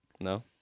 No